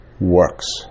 works